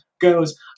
goes